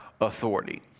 authority